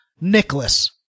Nicholas